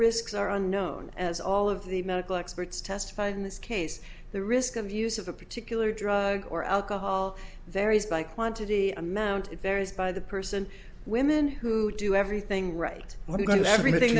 risks are unknown as all of the medical experts testified in this case the risk of use of a particular drug or alcohol varies by quantity amount there is by the person women who do everything right wh